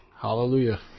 Hallelujah